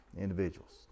individuals